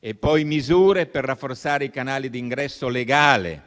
e poi misure per rafforzare i canali di ingresso legale, i